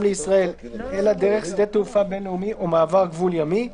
לישראל אלא דרך שדה תעופה בין-לאומי או מעבר גבול ימי.